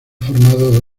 formado